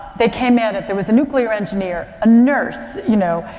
they came out. there was a nuclear engineer, a nurse, you know,